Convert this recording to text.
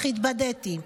אך התבדיתי.